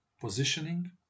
positioning